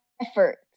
Effort